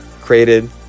created